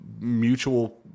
mutual